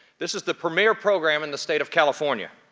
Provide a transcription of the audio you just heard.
this is the premiere program in the state of california.